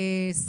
נקרא לזה,